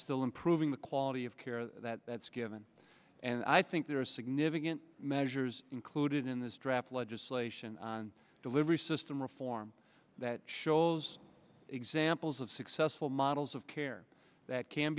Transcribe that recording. still improving the quality of care that's given and i think there are significant measures included in this draft legislation on delivery system reform that shows examples of successful models of care that can